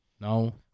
No